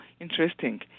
interesting